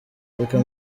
reka